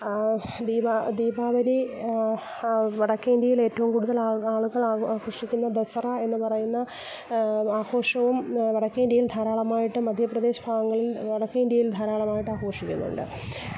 ദീപാ ദീപാവലി വടക്കേ ഇന്ഡ്യയിലേറ്റവും കൂടുതലാള് ആളുകൾ ആഘോഷിക്കുന്ന ദസറായെന്ന് പറയുന്ന ആഘോഷവും വടക്കേ ഇന്ഡ്യയില് ധാരാളമായിട്ടും മധ്യപ്രദേശ് ഭാഗങ്ങളില് വടക്കേ ഇന്ഡ്യയില് ധാരാളമായിട്ടാ ഘോഷിക്കുന്നുണ്ട്